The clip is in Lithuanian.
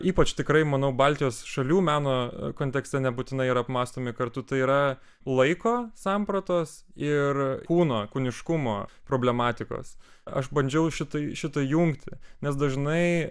ypač tikrai manau baltijos šalių meno kontekste nebūtinai yra apmąstomi kartu tai yra laiko sampratos ir kūno kūniškumo problematikos aš bandžiau šitai šitą jungti nes dažnai